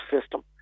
system